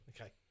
Okay